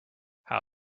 how